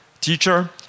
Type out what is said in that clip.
teacher